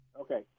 Okay